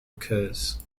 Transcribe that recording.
occurs